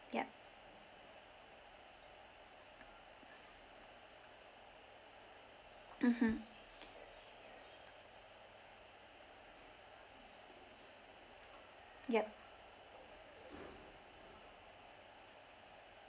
ya mmhmm ya